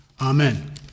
Amen